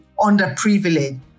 underprivileged